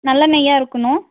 நல்ல நெய்யாக இருக்கணும்